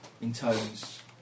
Intones